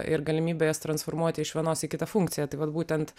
ir galimybė jas transformuoti iš vienos į kitą funkciją tai vat būtent